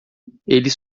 eles